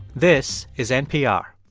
this is npr